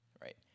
right